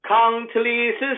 Countless